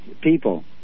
people